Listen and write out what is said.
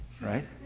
Right